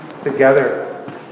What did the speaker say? together